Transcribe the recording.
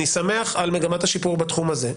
אני שמח על מגמת השיפור בתחום הזה.